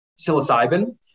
psilocybin